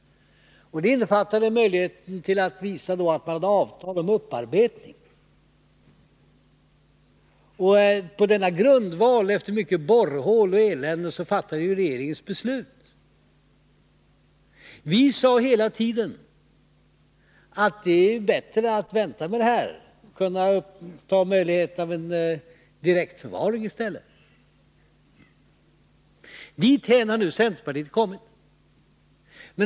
Det inrymde möjligheten att visa att man hade avtal om upparbetning. På denna grundval, efter mycket tal om borrhål och elände, fattade regeringen beslut. Vi sade hela tiden att det är bättre att vänta med det här och ha möjlighet till en direktförvaring i stället. Dithän har nu centerpartiet kommit.